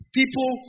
People